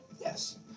Yes